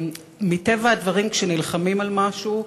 מטבע הדברים, כשנלחמים על משהו,